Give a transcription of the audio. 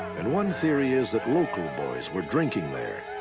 and one theory is that local boys were drinking there.